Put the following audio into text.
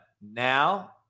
Now